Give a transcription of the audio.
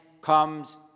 comes